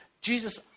Jesus